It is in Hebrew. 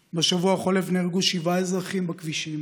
עוד באותה השבת התרחשה תאונת דרכים קטלנית בכביש 6,